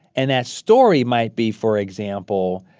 and that story might be, for example,